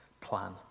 plan